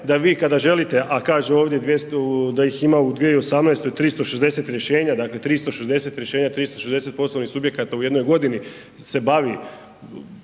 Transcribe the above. da vi kad želite, a kaže ovdje da ih ima u 2018. 360 rješenja, dakle 360 rješenja, 360 poslovnih subjekata u jednoj godini se bavi